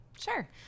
Sure